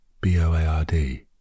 B-O-A-R-D